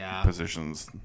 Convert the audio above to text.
positions